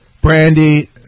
Brandy